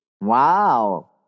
Wow